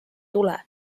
tule